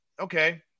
okay